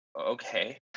okay